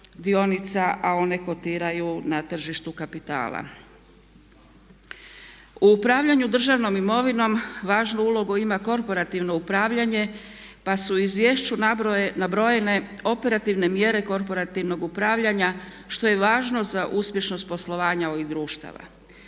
a one kotiraju na tržištu kapitala. U upravljanju državnom imovinom važnu ulogu ima korporativno upravljanje pa su u izvješću nabrojene operativne mjere korporativnog upravljanja što je važno za uspješnost poslovanja ovih društava.